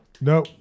No